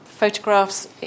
photographs